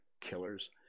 killers